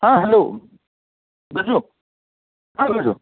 हां हॅलो गजू हां गजू